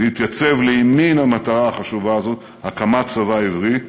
להתייצב לימין המטרה החשובה הזאת: הקמת צבא עברי,